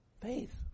Faith